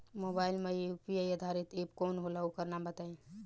Mobile म UPI आधारित app कौन होला ओकर नाम बताईं?